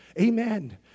Amen